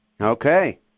Okay